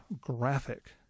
graphic